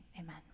amen